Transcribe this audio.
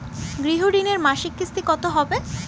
গৃহ ঋণের মাসিক কিস্তি কত হবে?